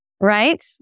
Right